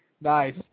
Nice